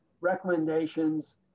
recommendations